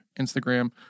Instagram